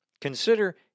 Consider